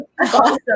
Awesome